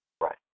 Right